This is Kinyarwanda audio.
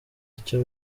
icyo